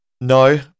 No